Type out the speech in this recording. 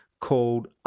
called